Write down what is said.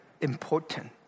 important